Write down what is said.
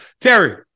Terry